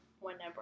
whenever